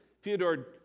Fyodor